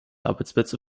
arbeitsplätze